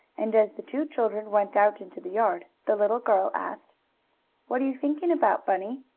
and, as the two children went out into the yard, the little girl asked what are you thinking about, bunny?